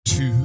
Two